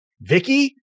Vicky